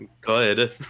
Good